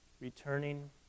returning